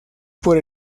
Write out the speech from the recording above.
por